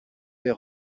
vais